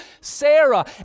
Sarah